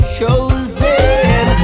chosen